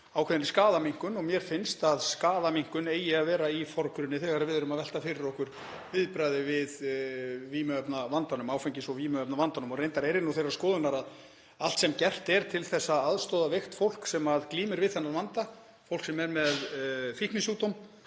ákveðinni skaðaminnkun og mér finnst að skaðaminnkun eigi að vera í forgrunni þegar við erum að velta fyrir okkur viðbragði við áfengis- og vímuefnavandanum. Reyndar er ég þeirrar skoðunar að allt sem gert er til að aðstoða veikt fólk sem glímir við þennan vanda, fólk sem er með fíknisjúkdóm,